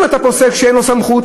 אם אתה פוסק שאין לו סמכות,